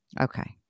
Okay